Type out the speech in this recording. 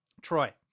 Troy